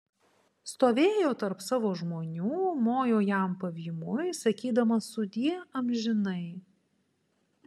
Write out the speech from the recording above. stovėjo tarp savo žmonių mojo jam pavymui sakydama sudie amžinai